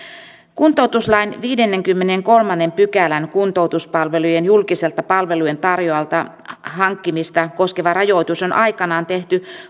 kuntoutuslain viidennenkymmenennenkolmannen pykälän kuntoutuspalvelujen julkiselta palvelujentarjoajalta hankkimista koskeva rajoitus on aikoinaan tehty